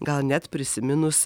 gal net prisiminus